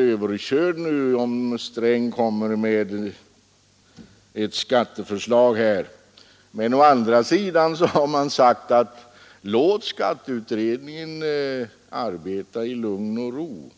överkörd nu, om herr Sträng kommer med ett skatteförslag, men man har också sagt: Låt skatteutredningen arbeta i lugn och ro!